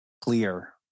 clear